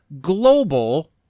global